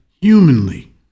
humanly